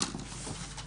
12:35.